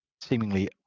seemingly